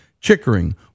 Chickering